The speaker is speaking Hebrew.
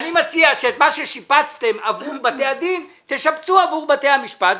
אני מציע שאת מה ששיפצתם עבור בתי הדין תשפצו עבור בתי המשפט,